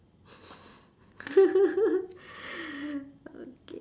okay